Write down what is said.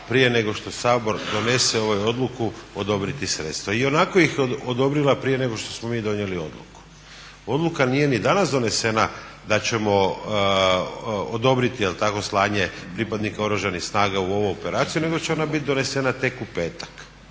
prije nego što Sabor donese Odluku odobriti sredstva. Ionako ih je odobrila prije nego što smo mi donijeli odluku. Odluka nije ni danas donesena da ćemo odobriti slanje pripadnika Oružanih snaga u ovu operaciju nego će ona biti donesena tek u petak.